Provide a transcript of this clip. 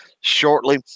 shortly